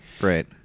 Right